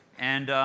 and